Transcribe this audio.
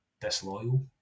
disloyal